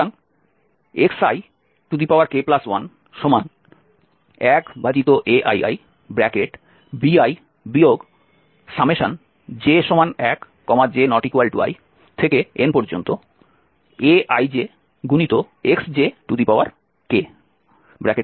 সুতরাং xik11aiibi j1j≠inaijxj